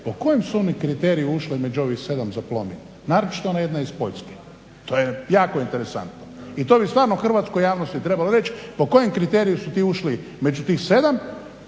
po kojem su oni kriteriju ušle među ovih 7 za Plomin, naročito ona jedna iz Poljske. To je jako interesantno i to bi stvarno hrvatskoj javnosti trebalo reći po kojem kriteriju su ti ušli među tih 7